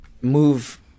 move